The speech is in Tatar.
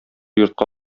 йортка